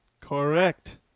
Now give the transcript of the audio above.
Correct